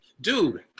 Dude